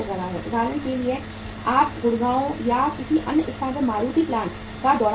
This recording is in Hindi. उदाहरण के लिए आप गुड़गांव या किसी अन्य स्थान पर मारुति प्लांट का दौरा कर सकते हैं